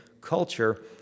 culture